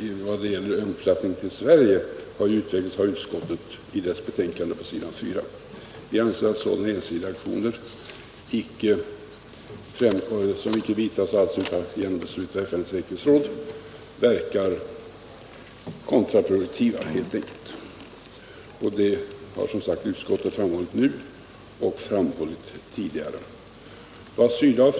i vad gäller deltagande från Sverige har utretts av utrikesutskottet på s. 4 i förevarande betänkande. Vi anser att sådana ensidiga aktioner, som inte vidtas efter beslut av FN:s säkerhetsråd, helt enkelt motverkar sitt syfte. Detta har framhållits av utskottet både i detta och i tidigare sammanhang.